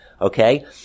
Okay